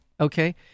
okay